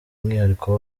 mwihariko